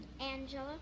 Angela